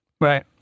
Right